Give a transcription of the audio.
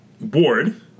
board